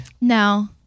No